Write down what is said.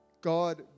God